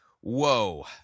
Whoa